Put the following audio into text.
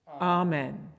amen